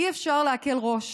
אי-אפשר להקל ראש